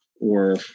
or-